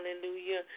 Hallelujah